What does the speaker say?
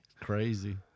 Crazy